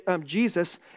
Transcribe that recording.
Jesus